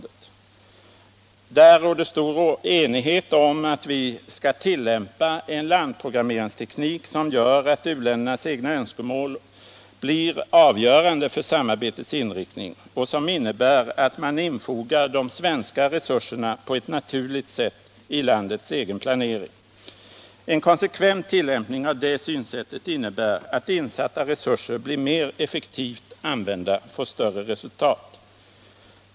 Det är därför glädjande att det råder stor enighet om att vi skall tillämpa en landprogrammeringsteknik, som gör att u-ländernas egna önskemål blir avgörande för samarbetets inriktning och som innebär att man infogar de svenska resurserna på ett naturligt sätt i landets egen planering. En konsekvent tillämpning av detta synsätt innebär att insatta resurser blir mer effektivt använda, får större resultat.